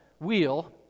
wheel